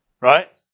Right